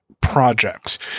projects